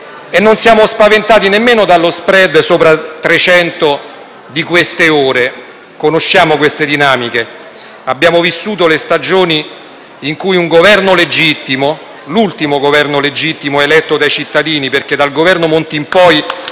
E non siamo spaventati nemmeno dallo *spread* sopra 300 di queste ore: conosciamo queste dinamiche. Noi abbiamo vissuto le stagioni di un Governo legittimo, l'ultimo Governo legittimo eletto dai cittadini, perché dal Governo Monti in